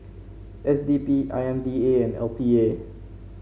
S D P I M D A and L T A